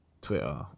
Twitter